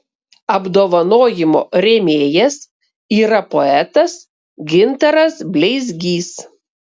apdovanojimo rėmėjas yra poetas gintaras bleizgys